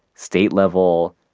state level,